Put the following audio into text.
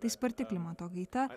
tai sparti klimato kaita